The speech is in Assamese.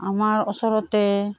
আমাৰ ওচৰতে